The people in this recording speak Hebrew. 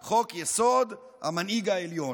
"חוק-יסוד: המנהיג העליון".